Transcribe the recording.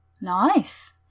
Nice